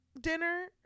dinner